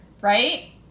right